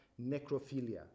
necrophilia